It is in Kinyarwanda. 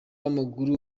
w’amaguru